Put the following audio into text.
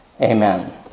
amen